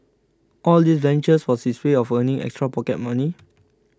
all these ventures was his way of earning extra pocket money